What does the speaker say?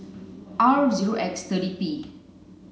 R zero X thirty P